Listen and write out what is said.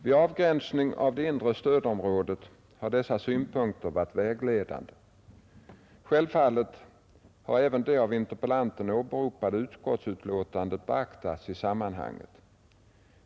Vid avgränsningen av det inre stödområdet har dessa synpunkter varit vägledande. Självfallet har även det av interpellanten åberopade utskottsutlåtandet beaktats i sammanhanget.